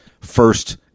first